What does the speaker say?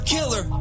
Killer